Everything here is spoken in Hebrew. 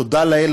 תודה לאל,